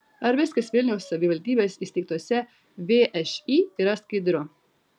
ar viskas vilniaus savivaldybės įsteigtose všį yra skaidru